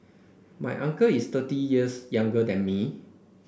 my uncle is thirty years younger than me